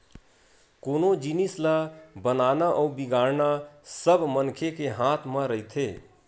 कोनो जिनिस ल बनाना अउ बिगाड़ना सब मनखे के हाथ म रहिथे